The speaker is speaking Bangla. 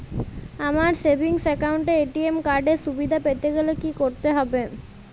আমার সেভিংস একাউন্ট এ এ.টি.এম কার্ড এর সুবিধা পেতে গেলে কি করতে হবে?